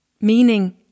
meaning